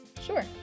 Sure